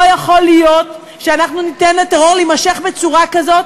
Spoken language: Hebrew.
לא יכול להיות שאנחנו ניתן לטרור להימשך בצורה כזאת